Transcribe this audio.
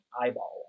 eyeball